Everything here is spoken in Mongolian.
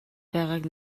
байгааг